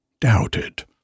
doubted